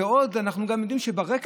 ועוד, אנחנו גם יודעים שברקע